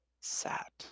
sat